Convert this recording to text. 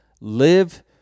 live